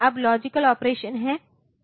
अब logical operation हैं